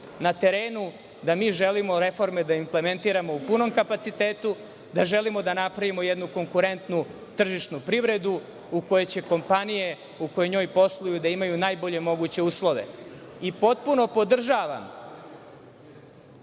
na terenu da mi želimo reforme da implementiramo u punom kapacitetu, da želimo da napravimo jednu konkurentnu tržišnu privredu u kojoj će kompanije u kojoj posluju da imaju najbolje moguće uslove. Potpuno podržavam